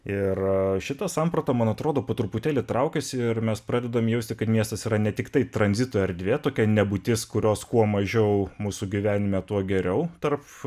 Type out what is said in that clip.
ir šita samprata man atrodo po truputėlį traukiasi ir mes pradedam jausti kad miestas yra ne tiktai tranzito erdvė tokia nebūtis kurios kuo mažiau mūsų gyvenime tuo geriau tarp